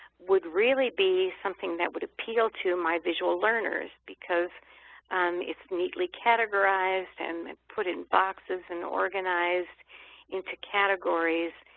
would really be something that would appeal to my visual learners, because it's neatly categorized and and put in boxes and organized into categories.